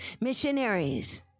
missionaries